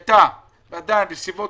שהיו בה בסביבות